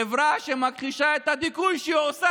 חברה שמכחישה את הדיכוי שהיא עושה